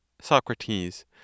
Socrates